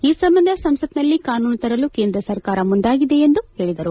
ಈ ಸಂಬಂಧ ಸಂಸತ್ನಲ್ಲಿ ಕಾನೂನು ತರಲು ಕೇಂದ್ರ ಸರ್ಕಾರ ಮುಂದಾಗಿದೆ ಎಂದು ಹೇಳಿದರು